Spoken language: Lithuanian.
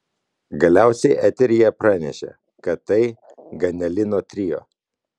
galiausiai eteryje pranešė kad tai ganelino trio